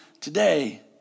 today